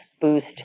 boost